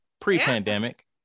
pre-pandemic